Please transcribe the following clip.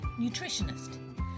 nutritionist